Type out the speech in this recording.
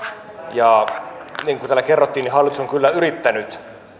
niin kuin täällä kerrottiin hallitus on kyllä yrittänyt